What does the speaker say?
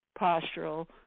postural